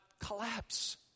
collapse